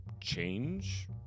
change